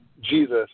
Jesus